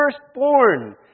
firstborn